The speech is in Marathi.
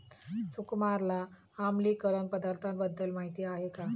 सुकुमारला आम्लीकरण पदार्थांबद्दल माहिती आहे का?